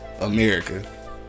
America